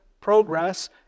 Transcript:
progress